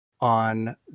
on